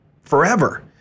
forever